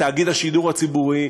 בתאגיד השידור הציבורי,